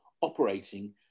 operating